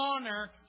honor